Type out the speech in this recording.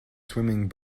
swimming